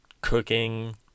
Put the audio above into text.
cooking